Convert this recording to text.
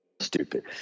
stupid